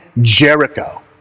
Jericho